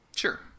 Sure